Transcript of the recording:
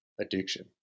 addiction